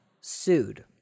sued